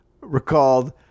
recalled